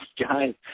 guys